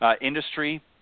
industry